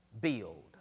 build